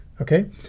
okay